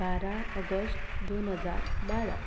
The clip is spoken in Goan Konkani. बारा ऑगस्ट दोन हजार बारा